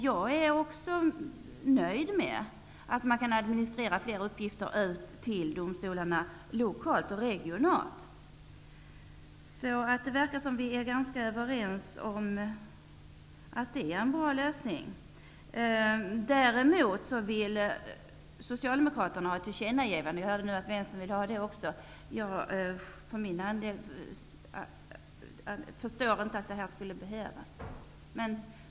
Jag är också nöjd med att man kan administrera ut flera uppgifter till domstolarna lokalt och regionalt. Det verkar som om vi är ganska överens om att detta är en bra lösning. Socialdemokraterna vill att det skall göras ett tillkännagivande på denna punkt, och jag har nu hört att också Vänstern vill ha ett sådant. Jag förstår inte att detta skulle behövas.